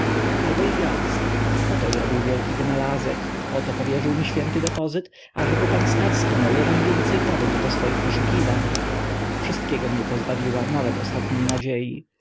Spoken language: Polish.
albo i geist poto zrobił wielki wynalazek poto powierzył mi święty depozyt ażeby pan starski miał jeden więcej powód do swoich poszukiwań wszystkiego mnie pozbawiła nawet ostatniej nadziei